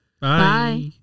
Bye